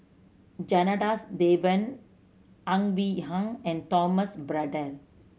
Janadas Devan Ang Wei Hang and Thomas Braddell